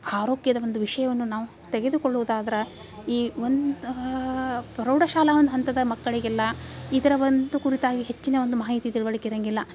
ಆರೋಗ್ಯದ ಒಂದು ವಿಷಯವನ್ನು ನಾವು ತೆಗೆದುಕೊಳ್ಳುವುದಾದ್ರೆ ಈ ಒಂದು ಪ್ರೌಢಶಾಲಾ ಒಂದು ಹಂತದ ಮಕ್ಕಳಿಗೆಲ್ಲ ಇದರ ಒಂದು ಕುರಿತಾಗಿ ಹೆಚ್ಚಿನ ಒಂದು ಮಾಹಿತಿ ತಿಳುವಳಿಕೆ ಇರೋಂಗಿಲ್ಲ